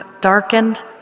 darkened